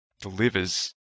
delivers